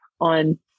on